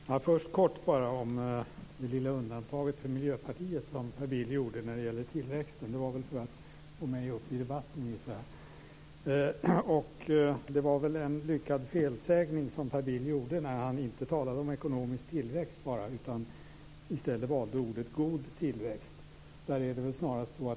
Herr talman! Först något om det lilla undantag som Per Bill gjorde för Miljöpartiet när det gäller tillväxten. Det var väl för att få upp mig i debatten, gissar jag. Det var väl en lyckad felsägning som Per Bill gjorde när han inte talade bara om ekonomisk tillväxt utan i stället valde ordet god tillväxt.